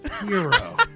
hero